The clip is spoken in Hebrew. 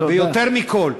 ויותר מכול,